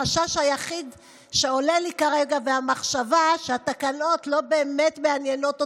שהחשש היחיד שעולה לי כרגע זה המחשבה שהתקנות לא באמת מעניינות אתכם,